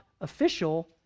official